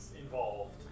involved